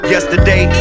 Yesterday